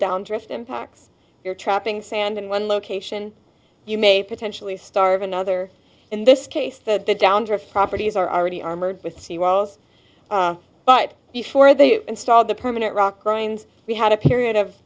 down drift impacts your trapping sand in one location you may potentially starve another in this case that the downdraft properties are already armored with sea walls but before they installed the permanent rock grind we had a period of